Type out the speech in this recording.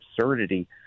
absurdity